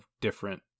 different